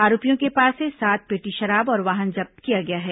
आरोपियों के पास से सात पेटी शराब और वाहन जब्त किया गया है